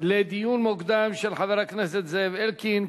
לדיון מוקדם, של חבר הכנסת זאב אלקין.